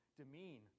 demean